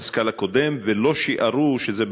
המכונה הצבאית אתה יכול להגיע להכרעה,